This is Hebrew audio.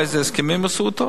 איזה הסכמים עשו אתם,